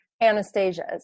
Anastasia's